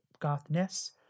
gothness